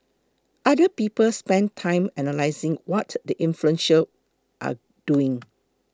other people spend time analysing what the influential are doing